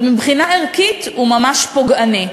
ומבחינה ערכית הוא ממש פוגעני.